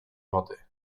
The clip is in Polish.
wody